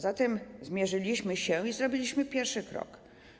Zatem zmierzyliśmy się z tym i zrobiliśmy pierwszy krok.